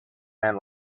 man